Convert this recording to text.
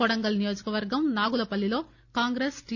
కొడంగల్ నియోజకవర్గం నాగులపల్లిలో కాంగ్రెస్ టి